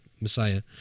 messiah